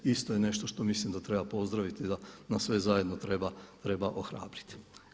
Isto je nešto što mislim da treba pozdraviti da nas sve zajedno treba ohrabriti.